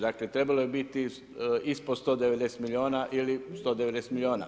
Dakle, trebalo je biti ispod 190 milijuna ili 190 milijuna.